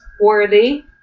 worthy